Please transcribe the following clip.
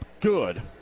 good